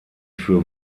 für